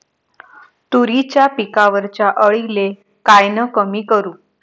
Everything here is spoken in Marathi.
तुरीच्या पिकावरच्या अळीले कायनं कमी करू?